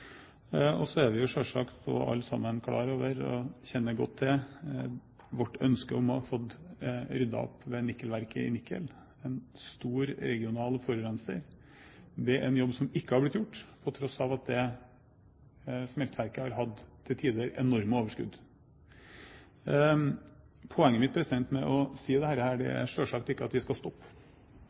Og så er vi selvsagt alle sammen klar over og kjenner godt til vårt ønske om å få ryddet opp ved nikkelverket i Nikel – en stor regional forurenser. Det er en jobb som ikke har blitt gjort, på tross av at det smelteverket til tider har hatt enorme overskudd. Poenget mitt med å si dette er selvsagt ikke at vi skal stoppe, ikke at vi ikke skal